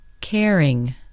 caring